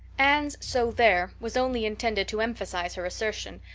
anne's so there was only intended to emphasize her assertion,